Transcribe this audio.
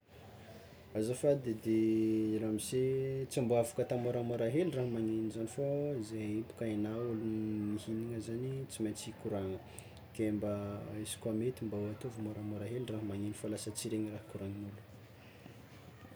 Azafady edy ramose, tsy mba afaka atao môramôra hely raha magnegno zany fô zay io baoka hainao olo mihignana zany tsy maintsy hikorana ke mba izy koa mety mba ataovy môramôra hely raha magnegno fa lasa tsy regny raha koragniny.